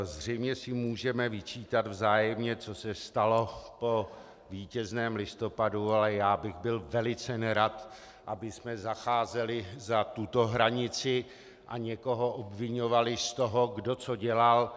Zřejmě si můžeme vyčítat vzájemně, co se stalo po vítězném listopadu, ale já bych byl velice nerad, abychom zacházeli za tuto hranici a někoho obviňovali z toho, kdo co dělal.